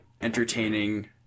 entertaining